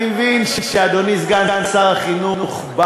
אני מבין שאדוני סגן שר החינוך בא